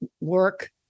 Work